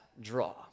draw